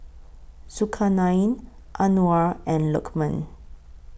Zulkarnain Anuar and Lukman